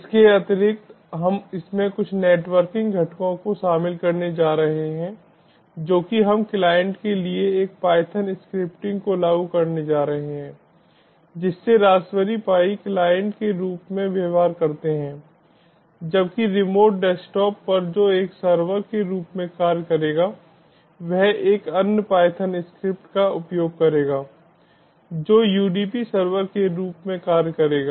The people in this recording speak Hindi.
इसके अतिरिक्त हम इसमें कुछ नेटवर्किंग घटकों को शामिल करने जा रहे हैं जो कि हम क्लाइंट के लिए एक पायथन स्क्रिप्टिंग को लागू करने जा रहे हैं जिससे रासबेरी पाई क्लाइंट के रूप में व्यवहार करते हैं जबकि रिमोट डेस्कटॉप पर जो एक सर्वर के रूप में कार्य करेगा वह एक अन्य पायथन स्क्रिप्ट का उपयोग करेगा जो UDP सर्वर के रूप में कार्य करेगा